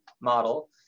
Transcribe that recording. model